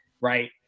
Right